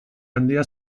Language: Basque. handia